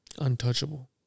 Untouchable